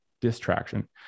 distraction